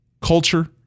culture